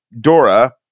Dora